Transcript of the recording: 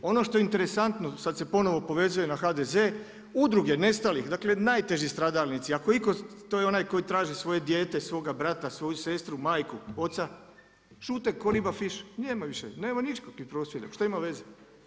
Ono što je interesantno, sada se ponovo povezuje na HDZ, udruge nestalih dakle najteži stradalnici, ako iko to je je onaj koji traži svoje dijete, svoga brata, svoju sestru, majku, oca šute ko riba fiš, nema više, nema nikakvih prosvjeda, šta ima veze.